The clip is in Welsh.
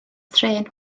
trên